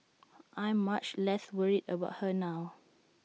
I'm much less worried about her now